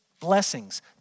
blessings